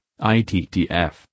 ITTF